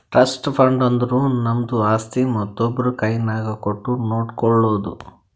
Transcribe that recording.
trust fund ಅಂದುರ್ ನಮ್ದು ಆಸ್ತಿ ಮತ್ತೊಬ್ರು ಕೈನಾಗ್ ಕೊಟ್ಟು ನೋಡ್ಕೊಳೋದು